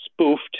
spoofed